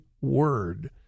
word